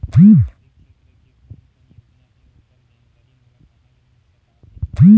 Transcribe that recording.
सामाजिक क्षेत्र के कोन कोन योजना हे ओकर जानकारी मोला कहा ले मिल सका थे?